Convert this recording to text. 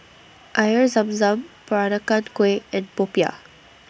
Air Zam Zam Peranakan Kueh and Popiah